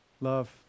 love